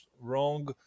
wrong